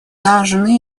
должны